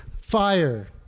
fire